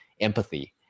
empathy